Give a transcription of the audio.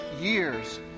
years